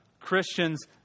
Christians